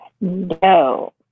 No